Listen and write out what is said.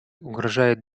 угрожает